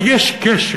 כי יש קשר,